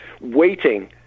waiting